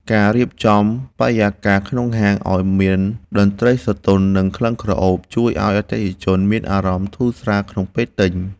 ការរៀបចំបរិយាកាសក្នុងហាងឱ្យមានតន្ត្រីស្រទន់ និងក្លិនក្រអូបជួយឱ្យអតិថិជនមានអារម្មណ៍ធូរស្រាលក្នុងពេលទិញ។